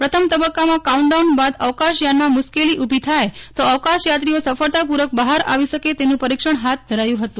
પ્રથમ તબક્કામાં કાઉન્ટડાઉન બાદ અવકાશયાનમાં મુશ્કેલી ઉભી થાય તો અવકાશયાત્રીઓ સફળતાપૂર્વક બહાર આવી શકે તેનું પરિક્ષણ હાથ ધરાયું હતું